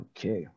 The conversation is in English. Okay